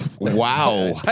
Wow